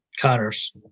Connors